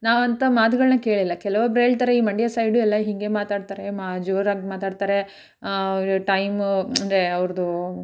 ನಾವಂಥ ಮಾತುಗಳ್ನ ಕೇಳಿಲ್ಲ ಕೆಲವೊಬ್ರೇಳ್ತಾರೆ ಈ ಮಂಡ್ಯ ಸೈಡು ಎಲ್ಲ ಹೀಗೇ ಮಾತಾಡ್ತಾರೆ ಮಾ ಜೋರಾಗಿ ಮಾತಾಡ್ತಾರೆ ಟೈಮ್ ಅಂದರೆ ಅವ್ರದ್ದು